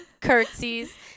curtsies